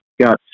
got